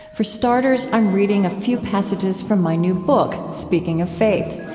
for starters, i'm reading a few passages from my new book, speaking of faith.